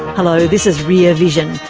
hello this is rear vision.